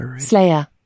Slayer